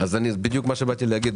בדיוק מה שבאתי להגיד,